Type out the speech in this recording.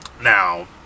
now